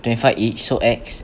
twenty five each so ex